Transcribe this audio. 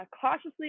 cautiously